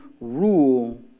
rule